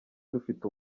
dufite